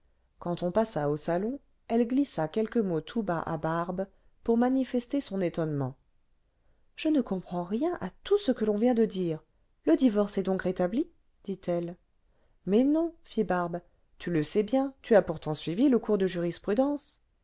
siècle on passa au salon elle glissa quelques mots tout bas à barbe pour manifester son étonnement je ne comprends rien à tout ce que l'on vient de dire le divorce est donc rétabli dhvelle mais ilon fit barbe tu le sais bien tu as pourtant suivi le cours de jurisprudence